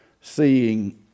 seeing